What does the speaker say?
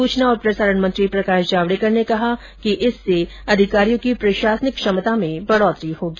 सूचना और प्रसारण मंत्री प्रकाश जावडेकर ने कहा कि इससे अधिकारियों की प्रशासनिक क्षमता में वृद्वि होगी